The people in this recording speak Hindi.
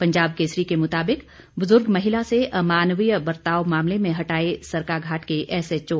पंजाब केसरी के मुताबिक बुजुर्ग महिला से अमानवीय बर्ताव मामले में हटाए सरकाघाट के एसएचओ